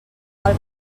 qual